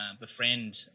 befriend